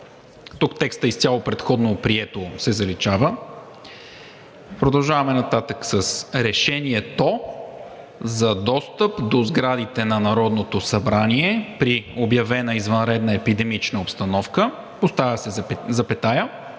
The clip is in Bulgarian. „Отменя изцяло предходно прието“ се заличава. Продължаваме с: „Решението за достъп до сградите на Народното събрание при обявена извънредна епидемична обстановка, прието